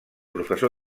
professor